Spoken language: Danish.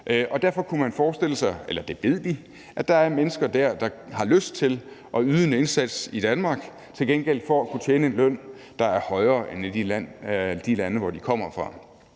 derfor kunne man forestille sig – eller det ved vi – at der er mennesker der, der har lyst til at yde en indsats i Danmark til gengæld for at kunne tjene en løn, der er højere end lønnen i de lande, de kommer fra.